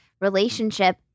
relationship